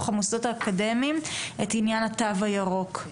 המוסדות האקדמיים את עניין התו הירוק.